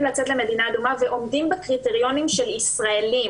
לצאת למדינה אדומה ועומדים בקריטריונים של ישראלים,